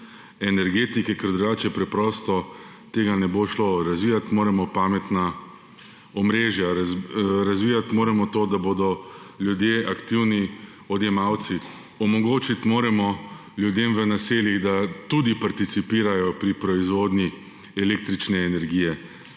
energetike, ker drugače preprosto to ne bo šlo. Razvijati moramo pametna omrežja, razvijati moramo to, da bodo ljudje aktivni odjemalci. Omogočiti moramo ljudem v naseljih, da tudi participirajo pri proizvodnji električne energije.